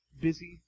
busy